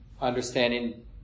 understanding